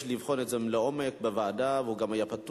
לבחון את זה לעומק בוועדה והוא יהיה גם פתוח.